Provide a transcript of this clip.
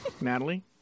Natalie